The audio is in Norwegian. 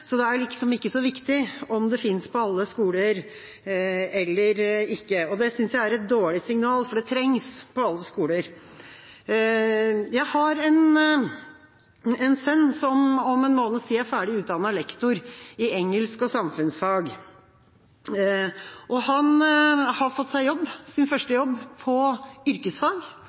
så det er liksom ikke så viktig om det finnes på alle skoler eller ikke. Det synes jeg er et dårlig signal, for det trengs på alle skoler. Jeg har en sønn som om en måneds tid er ferdig utdannet lektor i engelsk og samfunnsfag. Han har fått seg jobb – sin første